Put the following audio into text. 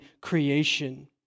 creation